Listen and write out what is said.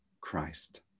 Christ